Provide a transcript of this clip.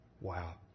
Wow